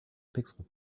pixel